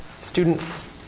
students